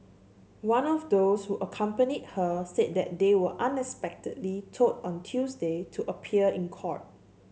one of those who accompanied her said that they were unexpectedly told on Tuesday to appear in court